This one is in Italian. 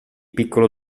piccolo